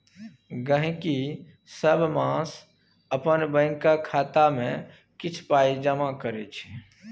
गहिंकी सब मास अपन बैंकक खाता मे किछ पाइ जमा करै छै